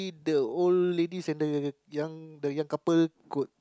the old ladies and the young the young couple could